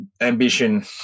ambition